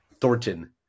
Thornton